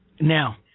Now